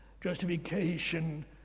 justification